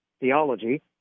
theology